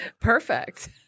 Perfect